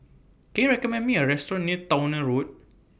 Can YOU recommend Me A Restaurant near Towner Road